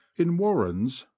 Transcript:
in warrens,